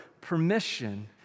permission